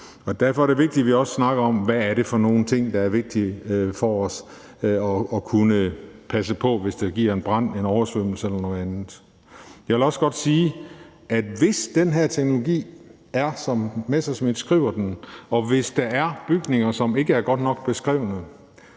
Derfor er det vigtigt, at vi også snakker om, hvad det er for nogle ting, der er vigtige for os at kunne passe på, hvis der kommer en brand, en oversvømmelse eller noget andet. Jeg kan også godt sige, at det er fint, hvis den her teknologi er, som Messerschmidt beskriver den, og hvis der er bygninger, som ikke er godt nok beskrevet